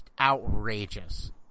outrageous